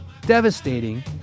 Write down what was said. devastating